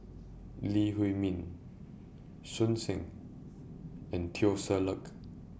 Lee Huei Min So Heng and Teo Ser Luck